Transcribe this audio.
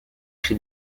chez